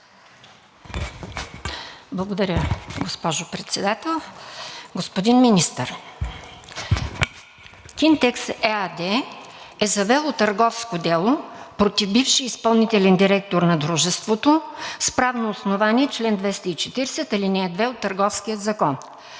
Благодаря, госпожо Председател. Господин Министър, „Кинтекс“ ЕАД е завело търговско дело против бившия изпълнителен директор на дружеството с правно основание чл. 240, ал. 2 от Търговския закон,